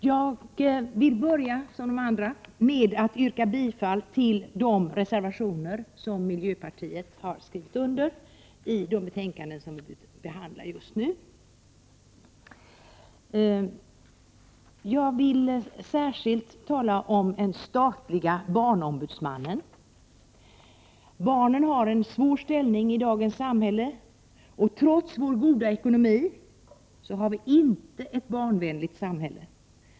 Herr talman! Jag vill börja med att yrka bifall till de reservationer som miljöpartiet har skrivit under i de betänkanden som vi just nu behandlar. Jag vill särskilt tala om en statlig barnombudsman. Barnen har en svår ställning i dagens samhälle. Trots vår goda ekonomi har vi inte ett barnvänligt samhälle.